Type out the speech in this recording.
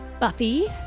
Buffy